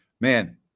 man